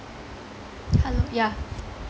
hello yeah